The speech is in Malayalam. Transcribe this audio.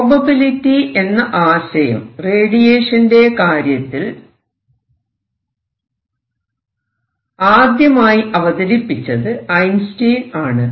പ്രോബബിലിറ്റി എന്ന ആശയം റേഡിയേഷന്റെ കാര്യത്തിൽ ആദ്യമായി അവതരിപ്പിച്ചത് ഐൻസ്റ്റൈൻ ആണ്